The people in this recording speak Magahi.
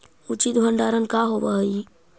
उचित भंडारण का होव हइ?